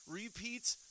repeats